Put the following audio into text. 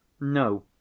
No